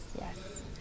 yes